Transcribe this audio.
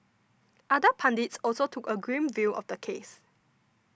other pundits also took a grim view of the case